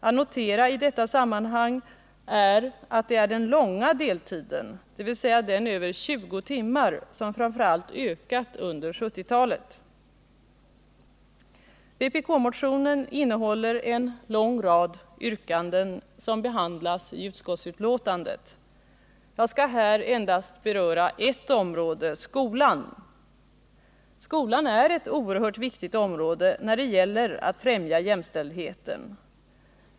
Att notera i detta sammanhang är att det är den långa deltiden, dvs. den över 20 timmar, som framför allt ökat under 1970-talet. Vpk-motionen innehåller en lång rad yrkanden som behandlas i utskottsbetänkandet. Jag skall här endast beröra ett område, skolan. Skolan är ett viktigt område när det gäller att främja jämställdheten.